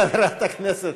חברת הכנסת